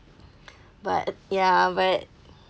but ya but